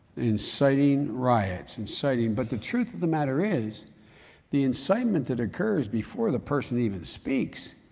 inciting riots, inciting. but the truth of the matter is the incitement that occurs before the person even speaks,